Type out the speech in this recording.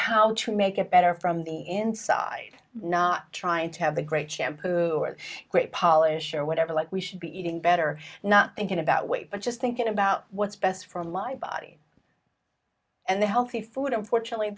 how to make it better from the inside not trying to have a great champ who are great polish or whatever like we should be eating better not thinking about weight but just thinking about what's best for my body and healthy food unfortunately